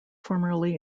formerly